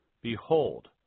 behold